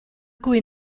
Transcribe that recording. cui